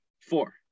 Four